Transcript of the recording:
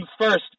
first